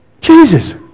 Jesus